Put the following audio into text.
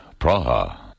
Praha